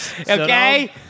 Okay